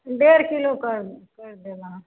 डेढ़ किलो कर करि देब अहाँ